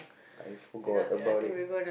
I forgot about it